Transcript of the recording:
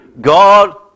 God